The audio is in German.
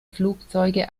flugzeuge